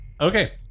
Okay